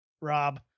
Rob